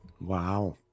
Wow